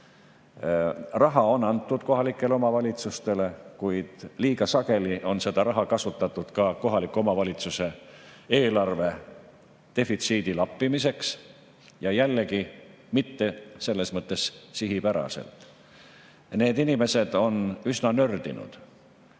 Raha on kohalikele omavalitsustele antud, kuid liiga sageli on seda raha kasutatud ka kohaliku omavalitsuse eelarvedefitsiidi [vähendamiseks], jällegi mitte selles mõttes sihipäraselt. Need inimesed on üsna nördinud.